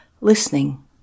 listening